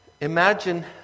Imagine